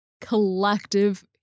collective